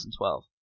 2012